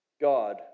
God